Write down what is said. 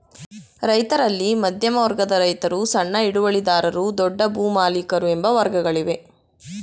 ರೈತರಲ್ಲಿ ಮಧ್ಯಮ ವರ್ಗದ ರೈತರು, ಸಣ್ಣ ಹಿಡುವಳಿದಾರರು, ದೊಡ್ಡ ಭೂಮಾಲಿಕರು ಎಂಬ ವರ್ಗಗಳಿವೆ